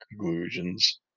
conclusions